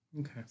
Okay